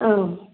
അഹ്